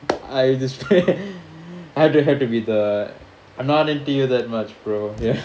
I have this I had to had to be the I'm not into you that much bro ya